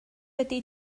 ydy